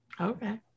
okay